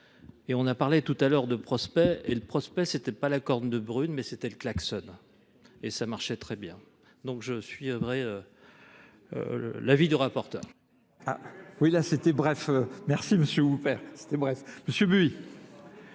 Et on a parlé tout à l'heure de Prospect. Et le Prospect, c'était pas la corne de brune, mais c'était le klaxon. Et ça marchait très bien. Donc je suis à vrai... l'avis du rapporteur.